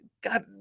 God